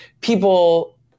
people